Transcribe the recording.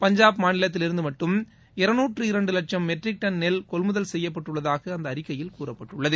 பஞ்சாப் மாநிலத்திலிருந்து மட்டும் இருநுற்று இரண்டு லட்சும் மெட்ரிக் டன் நெல் கொள்முதல் செய்யப்பட்டுள்ளதாக அந்த அறிக்கையில் கூறப்பட்டுள்ளது